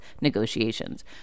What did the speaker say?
negotiations